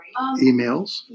emails